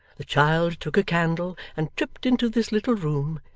the child took a candle and tripped into this little room,